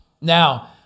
Now